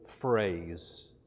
phrase